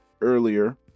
earlier